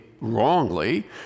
wrongly